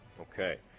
Okay